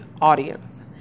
audience